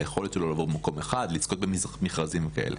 על היכולת שלו לבוא במקום אחד לזכות במכרזים כאלה.